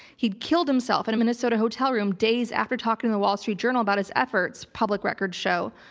he'd killed himself in a minnesota hotel room days after talking to the wall street journal about his efforts, public records show.